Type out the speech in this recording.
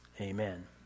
Amen